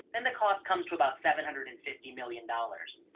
then the cost comes to about seven hundred and fifty million dollars.